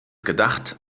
gedacht